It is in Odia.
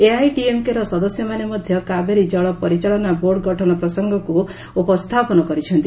ଏଆଇଏଡିଏମ୍କେର ସଦସ୍ୟମାନେ ମଧ୍ୟ କାବେରୀ ଜଳ ପରିଚାଳନା ବୋର୍ଡ଼ ଗଠନ ପ୍ରସଙ୍ଗକୁ ଉପସ୍ଥାପନ କରିଛନ୍ତି